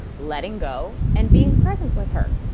letting go and being present with her.